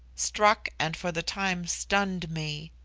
struck and for the time stunned me.